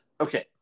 okay